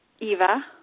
Eva